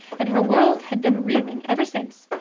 and her world had been reeling ever since.